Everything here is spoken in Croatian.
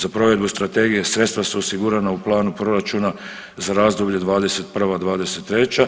Za provedbu strategija sredstva su osigurana u planu proračuna za razdoblje 2021.-2023.